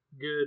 good